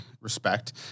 respect